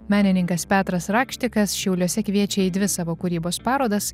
menininkas petras rakštikas šiauliuose kviečia į dvi savo kūrybos parodas